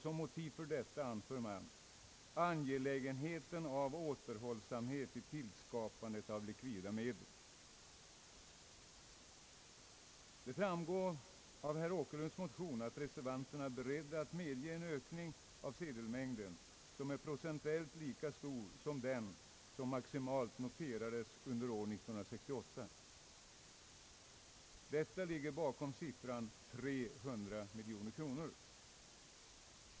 Som motiv för detta anför man »angelägenheten av återhållsamhet i tillskapandet av likvida medel». Det framgår av herr Åkerlunds motion att reservanterna är beredda att medge en ökning av sedelmängden, som är procentuellt lika stor som den som maximalt noterades under år 1968. Detta ligger bakom siffran 300 miljoner kronor.